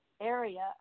area